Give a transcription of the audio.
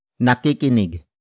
nakikinig